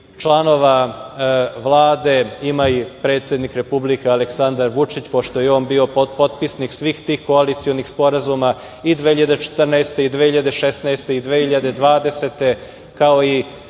članova Vlade, ima i predsednik Republike Aleksandar Vučić, pošto je on bio potpisnik svih tih koalicionih sporazuma i 2014. i 2016. i 2020.